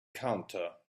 counter